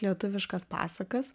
lietuviškas pasakas